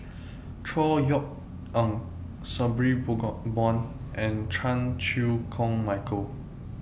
Chor Yeok Eng Sabri Buang and Chan Chew Koon Michael